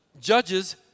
judges